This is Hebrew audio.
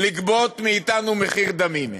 לגבות מאתנו מחיר דמים.